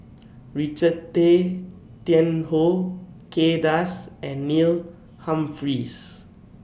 Richard Tay Tian Hoe Kay Das and Neil Humphreys